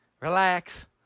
relax